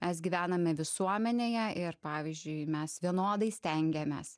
mes gyvename visuomenėje ir pavyzdžiui mes vienodai stengiamės